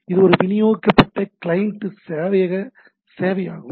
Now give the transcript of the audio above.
இது ஒரு விநியோகிக்கப்பட்ட கிளையன்ட் சேவையக சேவையாகும்